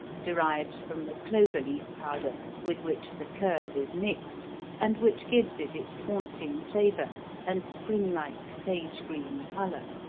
derived from the clover-leaf powder with which the curd is mixed and which gives it its haunting flavor and spring-like sage-green color.